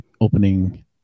opening